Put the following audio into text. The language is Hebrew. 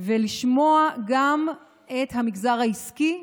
ולשמוע גם את המגזר העסקי.